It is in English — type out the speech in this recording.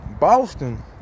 Boston